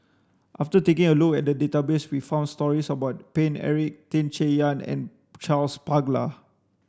after taking a look at database we found stories about Paine Eric Tan Chay Yan and Charles Paglar